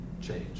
change